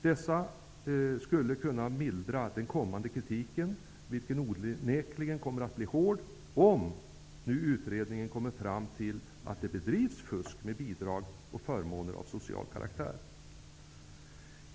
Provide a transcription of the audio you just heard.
Detta skulle ha kunnat mildra den kommande kritiken, vilken onekligen kommer att bli hård om nu utredningen kommer fram till att det bedrivs fusk med bidrag och förmåner av social karaktär.